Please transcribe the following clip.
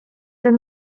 ten